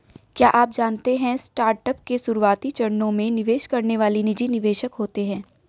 क्या आप जानते है स्टार्टअप के शुरुआती चरणों में निवेश करने वाले निजी निवेशक होते है?